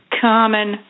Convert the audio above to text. common